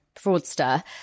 fraudster